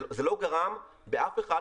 זה לא גרם לאף אחד,